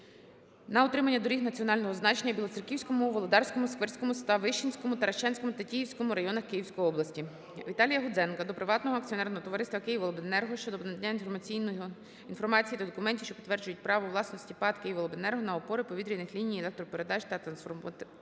на утримання доріг національного значення в Білоцерківському, Володарському, Сквирському, Ставищенському, Таращанському, Тетіївському районах Київської області. ВіталіяГудзенка до Приватного акціонерного товариства "Київобленерго" щодо надання інформації та документів, що підтверджують право власності ПАТ "Київобленерго" на опори повітряних ліній електропередач та трансформаторних